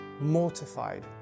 mortified